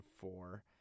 Four